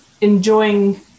enjoying